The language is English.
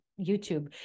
YouTube